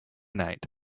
night